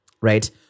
Right